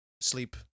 sleep